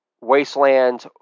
wasteland